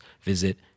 visit